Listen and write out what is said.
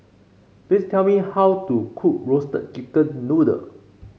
please tell me how to cook Roasted Chicken Noodle